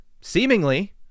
seemingly